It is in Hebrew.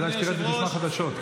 כדאי שתרד ותשמע חדשות,